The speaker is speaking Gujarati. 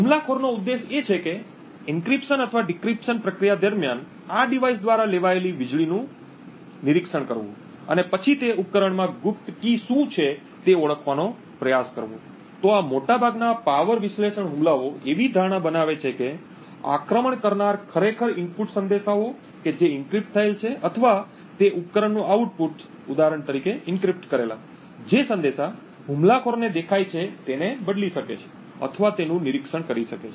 હુમલાખોરનો ઉદ્દેશ એ છે કે એનક્રિપ્શન અથવા ડિક્રિપ્શન પ્રક્રિયા દરમિયાન આ ડિવાઇસ દ્વારા લેવાયેલી વીજળીનું નિરીક્ષણ કરવું અને પછી તે ઉપકરણમાં ગુપ્ત કી શું છે તે ઓળખવાનો પ્રયાસ કરવો તો આ મોટાભાગના પાવર વિશ્લેષણ હુમલાઓ એવી ધારણા બનાવે છે કે આક્રમણ કરનાર ખરેખર ઇનપુટ સંદેશાઓ કે જે એનક્રિપ્ટ થયેલ છે અથવા તે ઉપકરણનું આઉટપુટ ઉદાહરણ તરીકે એન્ક્રિપ્ટ કરેલા જે સંદેશો હુમલાખોરને દેખાય છે તેને બદલી શકે છે અથવા તેનું નિરીક્ષણ કરી શકે છે